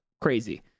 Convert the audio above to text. crazy